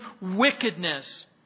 wickedness